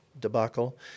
debacle